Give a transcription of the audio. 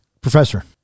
Professor